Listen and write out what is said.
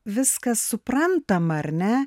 viskas suprantama ar ne